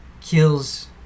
kills